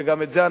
שגם את זה,